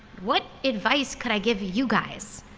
what advice could i give you guys?